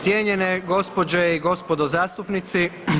Cijenjene gospođe i gospodo zastupnici.